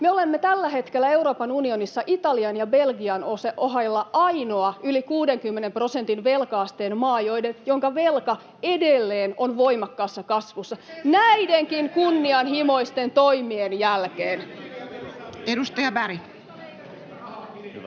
Me olemme tällä hetkellä Euroopan unionissa Italian ja Belgian ohella ainoa yli 60 prosentin velka-asteen maa, jonka velka edelleen on voimakkaassa kasvussa, [Perussuomalaisten ryhmästä: Ohhoh! —